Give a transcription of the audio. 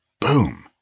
boom